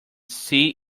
see